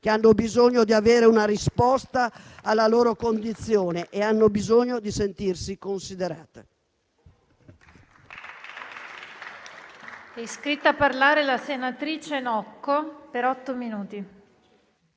hanno bisogno di avere una risposta alla loro condizione e hanno bisogno di sentirsi considerate.